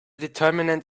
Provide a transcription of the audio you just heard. determinant